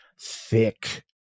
thick